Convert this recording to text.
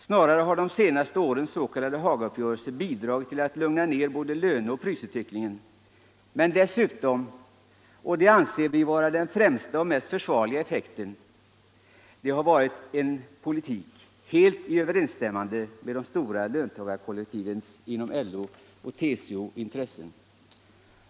Snarare har de senaste årens s, k. Hagauppgörelser bidragit till att lugna ned både löneoch prisutvecklingen, men dessutom har det — och det anser vi vara den främsta och mest försvarliga effekten — varit en politik helt i överensstämmelse med de intressen som de stora löntagarkollektiven inom LO och TCO står för.